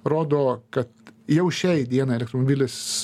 rodo kad jau šiai dienai elektromobilis